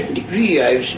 degree. i